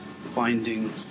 finding